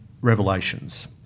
revelations